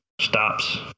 stops